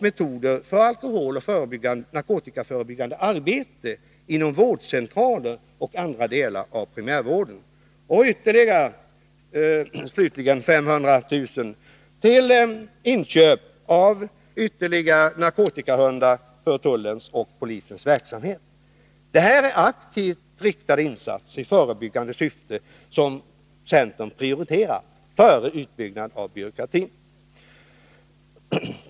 bör slutligen anvisas för inköp av flera narkotikahundar för tullens och polisens verksamhet. Det här är aktivt riktade insatser i förebyggande syfte som centern prioriterar före en utbyggnad av byråkratin.